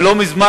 לא מזמן,